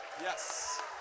Yes